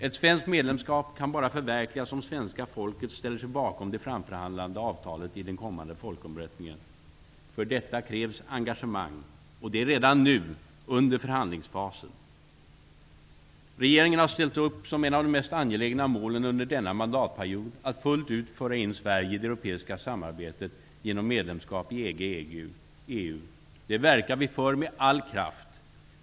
Ett svenskt medlemskap kan bara förverkligas om svenska folket ställer sig bakom det framförhandlade avtalet i den kommande folkomröstningen. För detta krävs engagemang, och det redan nu under förhandlingsfasen. Regeringen har som ett av de mest angelägna målen under denna mandatperiod ställt upp att fullt ut föra in Sverige i det europeiska samarbetet genom medlemskap i EG/EU. Det verkar vi för med all kraft.